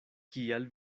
kial